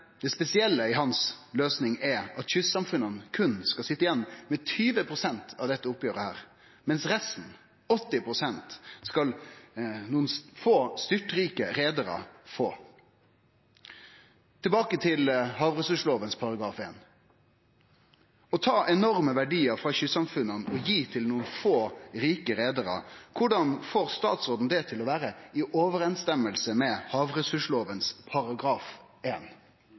det spesielle i hans løysing er at kystsamfunna berre skal sitje igjen med 20 pst. av dette oppgjeret, medan resten – 80 pst. – skal nokon få styrtrike reiarar få. Tilbake til havressurslovas § 1: Korleis får statsråden det å ta enorme verdiar frå kystsamfunna og gi til nokre få rike reiarar til å vere i samsvar med havressurslovas